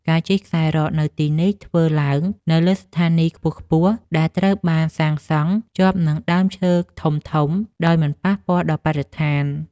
ការជិះខ្សែរ៉កនៅទីនេះ ធ្វើឡើងនៅលើស្ថានីយខ្ពស់ៗដែលត្រូវបានសាងសង់ជាប់នឹងដើមឈើធំៗដោយមិនប៉ះពាល់ដល់បរិស្ថាន។